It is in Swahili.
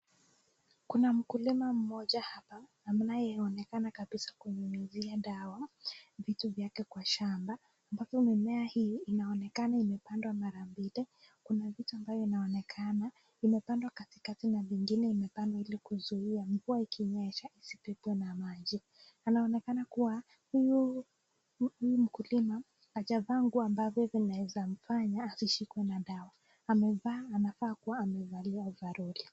Kuna mkulima mmoja hapa ambaye anaonekana kabisa ananyunyizia dawa vitu vyake kwa shamba, ambapo mimea hii inaonekana imepandwa mara mbili. Kuna vitu ambavyo inaonekana imepandwa katikati na vingine imepandwa ili kuzuia. Mvua ikinyesha isipitwe na maji. Anaonekana kuwa huyu mkulima hajavaa nguo ambavyo vinaweza mfanya asishikwe na dawa. Amevaa anafaa kuwa amevalia overoll.